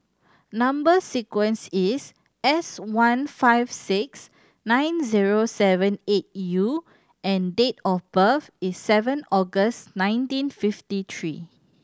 number sequence is S one five six nine zero seven eight U and date of birth is seven August nineteen fifty three